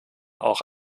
auch